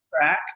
track